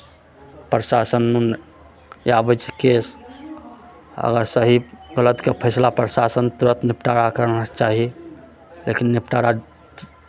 प्रशासन आबै छै केस अगर सही गलतके फैसला प्रशासन तुरन्त निपटारा करना चाही लेकिन निपटारा